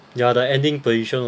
ya the ending position also